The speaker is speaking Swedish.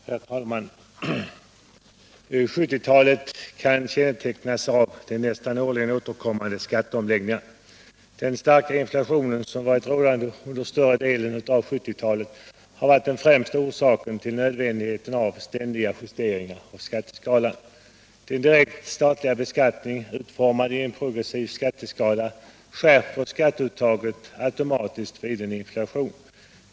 Herr talman! 1970-talet kännetecknas av den nästan årligen återkommande skatteomläggningen. Den starka inflationen, som varit rådande under större delen av 1970-talet, har varit den främsta orsaken till nödvändigheten av ständiga justeringar av skatteskalan. Den direkta statliga beskattningen, utformad i en progressiv skatteskala, skärper skatteuttaget automatiskt vid en inflation.